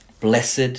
Blessed